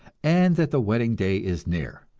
and that the wedding day is near.